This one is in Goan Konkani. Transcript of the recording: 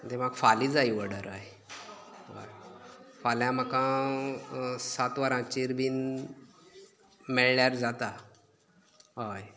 तें म्हाका फाल्यां जाय ऑर्डर हय हय फाल्यां म्हाका सात वरांचेर बीन मेयळ्यार जाता हय